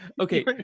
okay